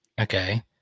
Okay